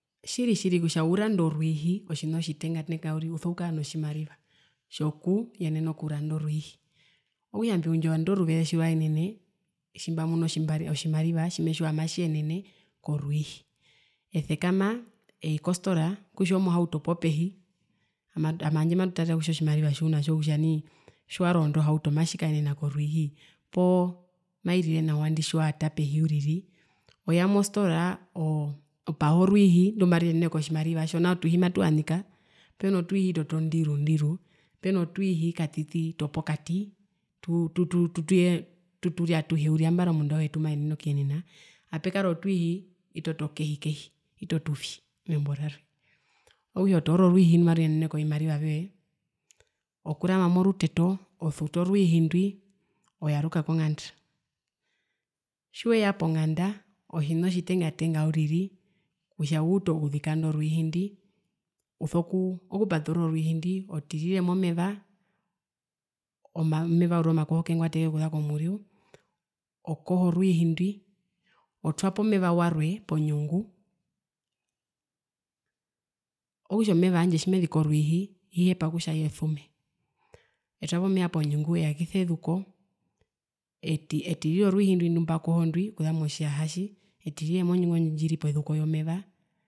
Tjiri tjiri kutja urande orwiihii otjina otjitenga tenga uso kukara notjimariva kutja uyenene okuranda orwiihi, okutja mbiundja ngandu oruveze tjirwaenene tjimamunu otjimariva tjimetjiwa kutja matjiyenene korwiihii esekama eii kostora kutja omohauto poo pehi ama ama handje matutara kotjimariva tjiunatjo kutja nai tjiwarondo hauto matjikaenena korwiihi? Poo mairire nawa indi tjiwaata pehi uriri oya mostora opaha orwiihi ndumaruyenene kotjimarivaho nao otwiihi matuhanika peno twiihi itwi tondiru ndiru peno twiihi katiti topokati tuu tutu tu turya atuhe uriri ambara omundu auhepumaenene okuyenena apekara otwiihi ito tokehi kehi ito tuvi membo rarwe okutja otoora orwiihi ndumaruyenene kovimariva vyoye okurama moruteto osutu orwiihi ndwi oyaruka kongnda. Tjiweya konganda otjina otjitenga tenga uriri kutja uute okuzika indo rwiihi ndwiokupaturura orwiihi otirire momeva omeva uriri omakohoke ngwateke okuza komuryuu okoho rwihi ndwi otwapo meva warwe ponyunguokutja omeva wandje tjimeziki orwiihi hihepa kutja yesume, etwapo meva ponyungu eyakisa ezuko eti etirire orwiihi ndumbakoho ndwi okuza motjiyatji etirire monyungu ndjiri pezuko yomeva.